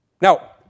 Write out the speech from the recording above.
Now